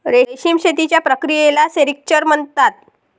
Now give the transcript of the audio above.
रेशीम शेतीच्या प्रक्रियेला सेरिक्चर म्हणतात